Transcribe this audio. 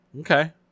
okay